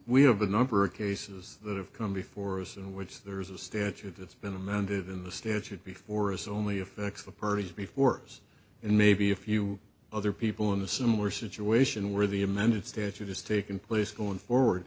we have a number of cases that have come before us in which there's a statute that's been amended in the stairs had before us only affects the pearls before us and maybe a few other people in the similar situation where the amended statute has taken place going forward